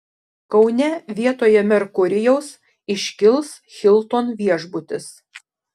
kaune vietoje merkurijaus iškils hilton viešbutis